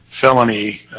felony